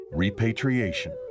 Repatriation